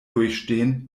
durchstehen